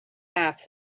half